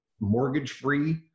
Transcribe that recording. mortgage-free